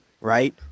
right